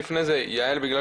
אני אתייחס